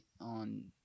on